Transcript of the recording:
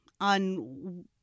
on